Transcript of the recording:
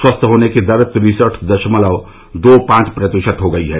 स्वस्थ होने की दर तिरसठ दशमलव दो पांच प्रतिशत हो गई है